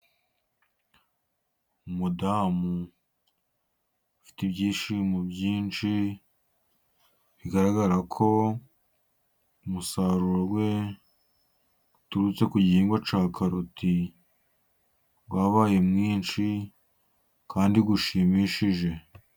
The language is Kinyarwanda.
Umudamu ufite ibyishimo byinshi bigaragara ko umusaruro we uturutse ku gihingwa cya karoti wabaye mwinshi kandi ushimishije.